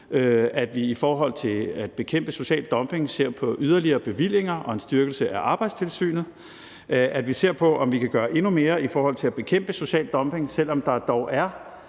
at vi i forhold til at bekæmpe social dumping ser på yderligere bevillinger og en styrkelse af Arbejdstilsynet; at vi ser på, om vi kan gøre endnu mere i forhold til at bekæmpe social dumping, selv om der dog –